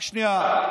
רק שנייה.